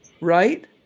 right